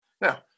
Now